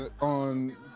on